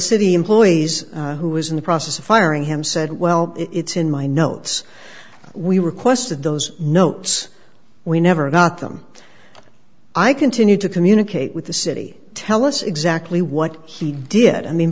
city employees who was in the process of firing him said well it's in my notes we requested those notes we never got them i continue to communicate with the city tell us exactly what he did